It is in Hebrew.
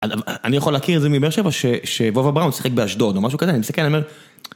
אני יכול להכיר את זה מבאר שבע שוובה בראון שיחק באשדוד או משהו כזה אני מסתכל אני אומר